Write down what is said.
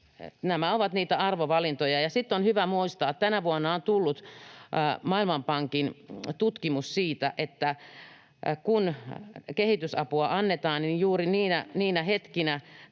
Nämä ovat niitä arvovalintoja. On hyvä muistaa, että tänä vuonna on tullut Maailmanpankin tutkimus siitä, että kun kehitysapua annetaan, niin juuri niinä hetkinä